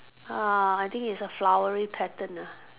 uh I think it's a flowery pattern ah